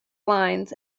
lines